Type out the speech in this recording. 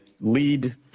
lead